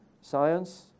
science